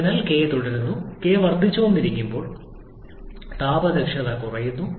അതിനാൽ k തുടരുന്നു 'k' വർദ്ധിച്ചുകൊണ്ടിരിക്കുമ്പോൾ താപ ദക്ഷത കുറയുന്നു